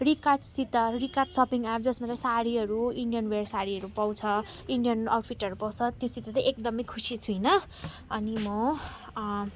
रिकार्टसित रिकार्ट shopping app जसमा चाहिँ सारीरू इन्डियन वेर सारीहरू पाउँछ इन्डियन आउटफिटहरू पाउँछ त्योसित त एकदमै खुसी छुइनँ अनि म